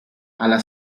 alla